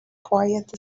quiet